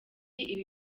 ibi